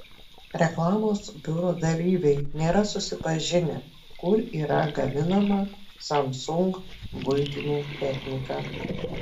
reklamos biuro dalyviai nėra susipažinę kur yra gaminama samsung buitinė technika